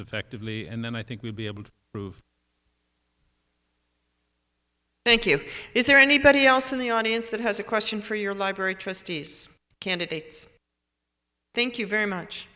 effectively and then i think we'll be able to prove thank you is there anybody else in the audience that has a question for your library trustees candidates thank you very much